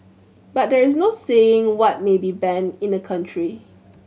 but there is no saying what may be banned in a country